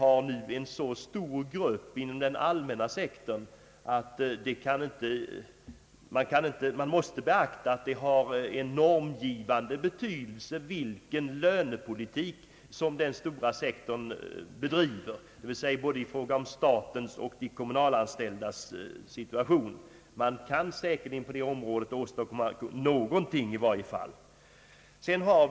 Antalet anställda inom den allmänna sektorn är så stort att man måste beakta att det har en normgivande betydelse vilken lönepolitik denna stora sektor bedriver. Det gäller alltså både de statsanställda och de kommunalanställda. Man kan på det området säkerligen åstadkomma i varje fall någonting.